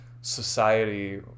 society